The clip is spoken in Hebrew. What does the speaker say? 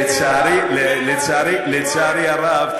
לצערי הרב,